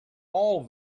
all